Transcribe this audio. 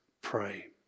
pray